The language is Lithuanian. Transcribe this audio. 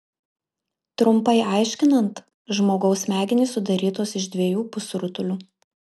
trumpai aiškinant žmogaus smegenys sudarytos iš dviejų pusrutulių